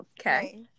Okay